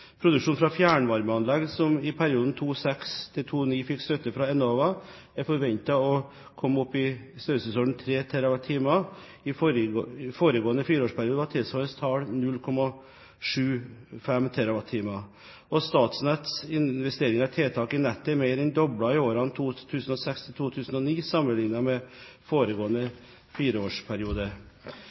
fra fjernvarmeanlegg som i perioden 2006–2009 fikk støtte fra Enova, er forventet å komme opp i størrelsesordenen 3 TWh. I foregående fireårsperiode var tilsvarende tall 0,75 TWh. Statnetts investeringer i tiltak i nettet er mer enn doblet i årene 2006–2009 sammenlignet med foregående fireårsperiode.